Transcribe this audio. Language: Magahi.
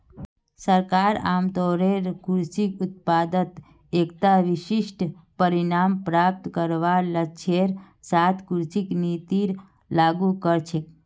सरकार आमतौरेर कृषि उत्पादत एकता विशिष्ट परिणाम प्राप्त करवार लक्ष्येर साथ कृषि नीतिर लागू कर छेक